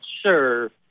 sure